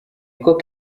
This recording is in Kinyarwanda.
koko